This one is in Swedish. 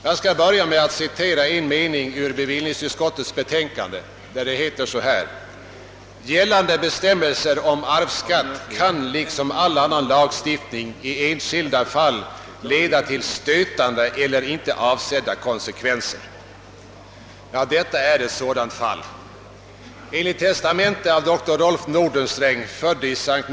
Jag skall börja med att citera en mening ur bevillningsutskottets betänkande, där det heter: »De gällande bestämmelserna om arvsskatt kan, liksom all annan lagstiftning, i enskilda fall leda till stötande eller inte avsedda konsekvenser.» Detta är ett sådant fall. Enligt testamente av doktor Rolf Nordenstreng, född i St.